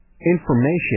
Information